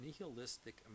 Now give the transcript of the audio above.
nihilistic